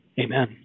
Amen